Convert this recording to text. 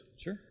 sure